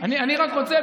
אני רק רוצה,